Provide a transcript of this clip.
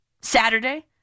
Saturday